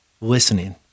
listening